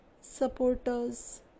supporters